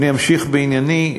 אני אמשיך בענייני.